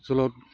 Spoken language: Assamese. অঞ্চলত